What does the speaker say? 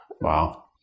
Wow